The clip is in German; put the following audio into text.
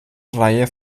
reihe